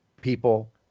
people